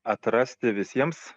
atrasti visiems